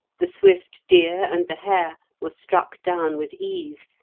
the swift deer and the hare were struck down with ease,